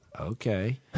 Okay